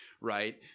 right